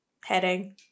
heading